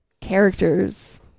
characters